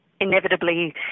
inevitably